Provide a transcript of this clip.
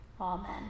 Amen